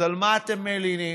אז על מה אתם מלינים?